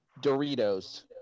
Doritos